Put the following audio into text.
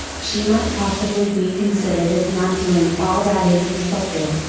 she might possibly be considered as not doing all that is expected,